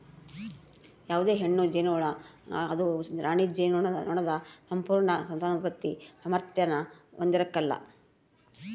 ಯಾವುದೇ ಹೆಣ್ಣು ಜೇನುನೊಣ ಅದು ರಾಣಿ ಜೇನುನೊಣದ ಸಂಪೂರ್ಣ ಸಂತಾನೋತ್ಪತ್ತಿ ಸಾಮಾರ್ಥ್ಯಾನ ಹೊಂದಿರಕಲ್ಲ